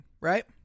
right